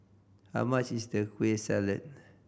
how much is Kueh Salat